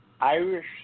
Irish